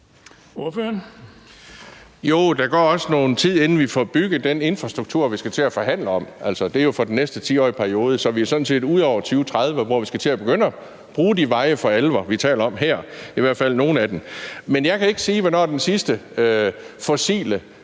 (V): Ja, og der går også nogen tid, inden vi får bygget den infrastruktur, vi skal til at forhandle om; altså, det er jo for den næste 10-årige periode, så vi er sådan set ude over 2030, hvor vi skal til at begynde at bruge de veje for alvor, vi taler om her, i hvert fald nogle af dem. Men jeg kan ikke sige, hvornår den sidste fossildrevne